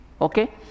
okay